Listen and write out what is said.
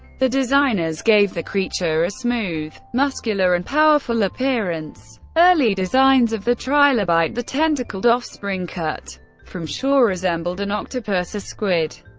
the designers gave the creature a smooth, muscular, and powerful appearance. early designs of the trilobite, the tentacled offspring cut from shaw, resembled an octopus or squid.